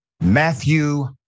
Matthew